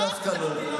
דווקא לא.